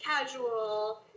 casual